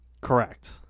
Correct